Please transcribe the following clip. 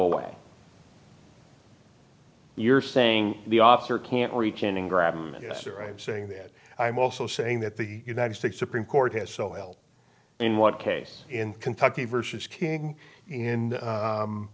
away you're saying the officer can't reach in and grab a minister i'm saying that i'm also saying that the united states supreme court has so well in one case in kentucky versus king